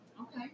okay